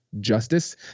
justice